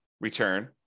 return